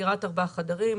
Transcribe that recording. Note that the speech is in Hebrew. דירת ארבעה חדרים.